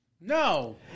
No